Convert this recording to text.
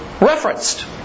referenced